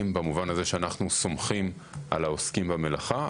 במובן זה שאנחנו סומכים על העוסקים במלאכה,